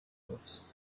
prof